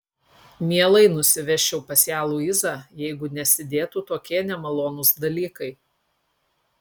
mielai nusivežčiau pas ją luizą jeigu nesidėtų tokie nemalonūs dalykai